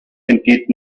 entgeht